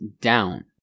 down